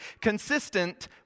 consistent